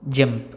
jump